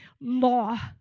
law